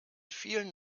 vielen